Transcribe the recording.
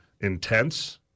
intense